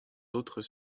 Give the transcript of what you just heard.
autres